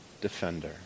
defender